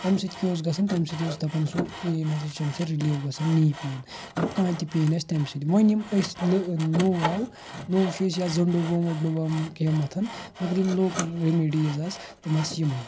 تمہِ سۭتۍ کیٛاہ اوس گَژھان تمہِ سۭتۍ اوس دَپان سُہ پین ہَسا چھِ امہِ سۭتۍ رِلیٖف گَژھان نیٖ پین یا کانٛہہ تہِ پین آسہِ تمہِ سۭتۍ وۄنۍ یم أسۍ لہٕ نوٚو آو نوٚو چھِ أسۍ یا زنڈو بام ونڈو بام کیٚنٛہہ مَتھان مگر یِم لوکَل ریٚمِڈیٖز آسہٕ تِم آسہٕ یمٔے